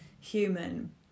human